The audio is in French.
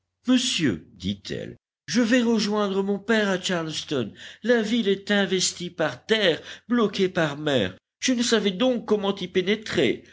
monsieur dit-elle je vais rejoindre mon père à charleston la ville est investie par terre bloquée par mer je ne savais donc comment y pénétrer